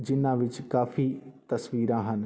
ਜਿਹਨਾਂ ਵਿੱਚ ਕਾਫੀ ਤਸਵੀਰਾਂ ਹਨ